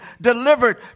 delivered